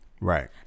Right